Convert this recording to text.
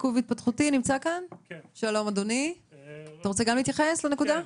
אתה רוצה גם להתייחס לנקודה?